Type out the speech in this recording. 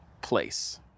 place